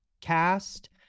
cast